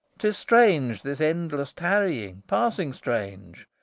tis strange, this endless tarrying, passing strange.